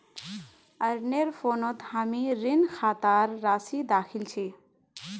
अरनेर फोनत हामी ऋण खातार राशि दखिल छि